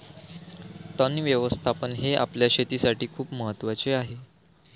तण व्यवस्थापन हे आपल्या शेतीसाठी खूप महत्वाचे आहे